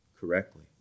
correctly